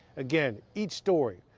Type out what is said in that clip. again, each story,